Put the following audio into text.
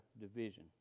division